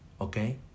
okay